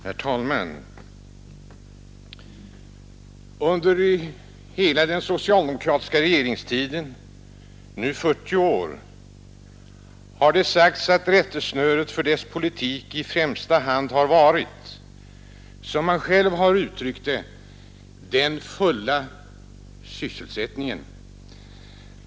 Herr talman! Under hela den socialdemokratiska regeringens tid, nu 40 år, har det sagts att rättesnöret för dess politik i främsta hand har varit — som man själv uttryckt det — den fulla sysselsättningen.